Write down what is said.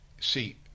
See